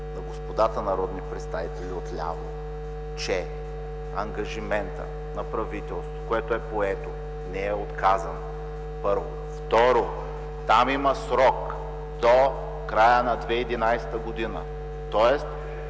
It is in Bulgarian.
на господата народни представители отляво, че ангажиментът на правителството, който е поет, не е отказан, първо. Второ, там има срок – до края на 2011 г. Тоест